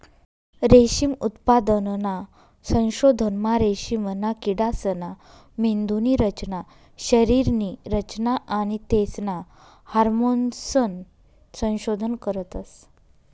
रेशीम उत्पादनना संशोधनमा रेशीमना किडासना मेंदुनी रचना, शरीरनी रचना आणि तेसना हार्मोन्सनं संशोधन करतस